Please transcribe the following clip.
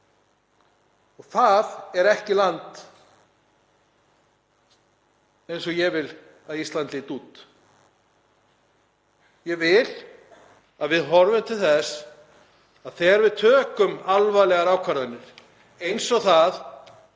Það er ekki land eins og ég vil að Ísland líti út. Ég vil að við horfum til þess þegar við tökum alvarlegar ákvarðanir eins og þær